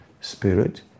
spirit